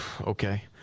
Okay